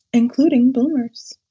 including boomers,